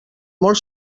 molt